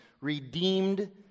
redeemed